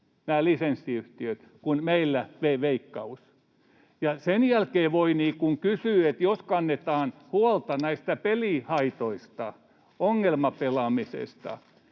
markkinointiin, kuin Veikkaus meillä. Sen jälkeen voi kysyä, jos kannetaan huolta pelihaitoista, ongelmapelaamisesta,